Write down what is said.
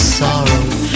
sorrow